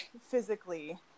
physically